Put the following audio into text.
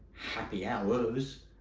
happy hours.